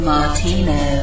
Martino